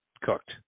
cooked